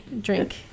drink